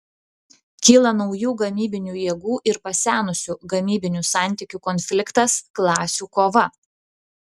kyla naujų gamybinių jėgų ir pasenusių gamybinių santykių konfliktas klasių kova